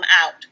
out